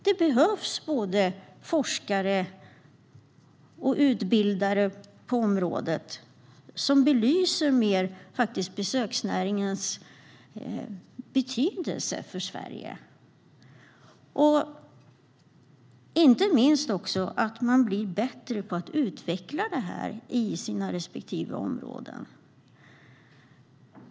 Det behövs både forskare och utbildare på området som belyser besöksnäringens betydelse för Sverige. Inte minst behöver man blir bättre på att utveckla det här i sina respektive områden.